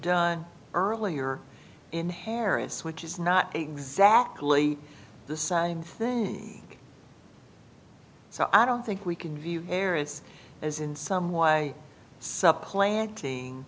done earlier in harris which is not exactly the same thing so i don't think we can view harris as in some way sup playing